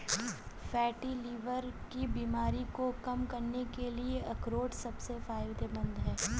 fatty liver की बीमारी को कम करने के लिए अखरोट सबसे फायदेमंद है